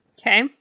Okay